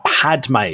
Padme